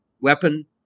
weapon